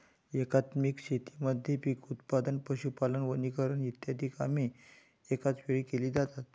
एकात्मिक शेतीमध्ये पीक उत्पादन, पशुपालन, वनीकरण इ कामे एकाच वेळी केली जातात